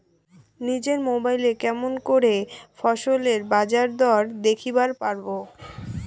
নিজের মোবাইলে কেমন করে ফসলের বাজারদর দেখিবার পারবো?